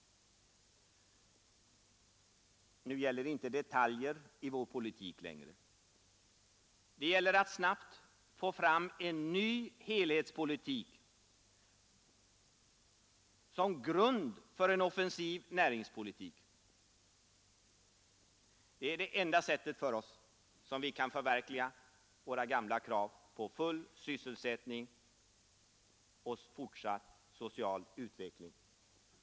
Nu gäller det inte detaljer i vår politik längre. Det gäller att snabbt få fram en ny helhetspolitik som grund för en offensiv näringspolitik. Det är det enda sättet för oss att förverkliga våra gamla krav på full sysselsättning och fortsatt social utveckling.